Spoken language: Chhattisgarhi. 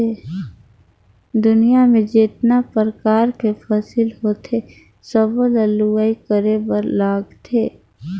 दुनियां में जेतना परकार के फसिल होथे सबो ल लूवाई करे बर लागथे